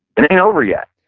and and over yet.